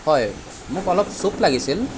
হয় মোক অলপ চুপ লাগিছিল